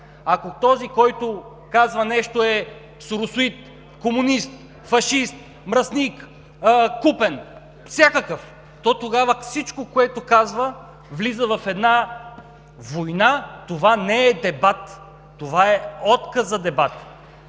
ако този, който казва нещо, е соросоид, комунист, фашист, мръсник, купен, всякакъв, то тогава всичко, което казва влиза в една война, това не е дебат, това е отказ за дебат.